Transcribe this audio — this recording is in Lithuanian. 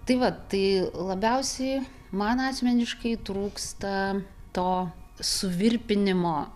tai va tai labiausiai man asmeniškai trūksta to suvirpinimo